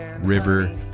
river